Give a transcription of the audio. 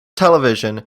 television